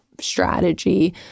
strategy